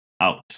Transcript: out